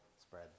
spread